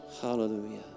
Hallelujah